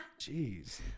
Jeez